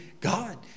God